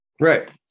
Right